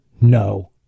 No